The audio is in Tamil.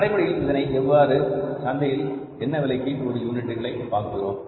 நடைமுறையில் இதனை நாம் சந்தையிலிருந்து என்ன விலைக்கு ஒரு யூனிட் வாங்குகிறோம்